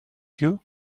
you